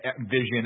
Vision